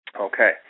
Okay